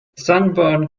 sunburn